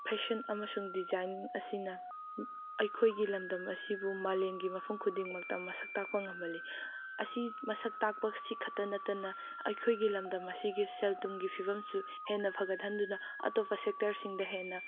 fashion ꯑꯃꯁꯨꯡ design ꯑꯁꯤꯅ ꯑꯩꯈꯣꯏꯒꯤ ꯂꯝꯗꯝ ꯑꯁꯤꯕꯨ ꯃꯥꯂꯦꯝꯒꯤ ꯃꯐꯝ ꯈꯨꯗꯤꯡꯃꯛꯇ ꯃꯁꯛ ꯇꯥꯛꯄ ꯉꯝꯍꯜꯂꯤ ꯑꯁꯤ ꯃꯁꯛ ꯇꯥꯛꯄꯁꯤ ꯈꯛꯇ ꯅꯠꯇꯅ ꯑꯩꯈꯣꯏꯒꯤ ꯂꯝꯗꯝ ꯑꯁꯤꯒꯤ ꯁꯦꯜ ꯊꯨꯝꯒꯤ ꯐꯤꯕꯝꯁꯨ ꯍꯦꯟꯅ ꯐꯒꯠꯍꯟꯗꯨꯅ ꯑꯇꯣꯞꯄ ꯁꯦꯛꯇꯔꯁꯤꯡꯗ ꯍꯦꯟꯅ